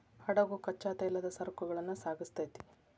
ಹಡಗು ಕಚ್ಚಾ ತೈಲದ ಸರಕುಗಳನ್ನ ಸಾಗಿಸ್ತೆತಿ